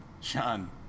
Sean